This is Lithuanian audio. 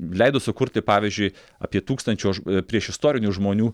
leido sukurti pavyzdžiui apie tūkstančio priešistorinių žmonių